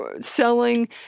selling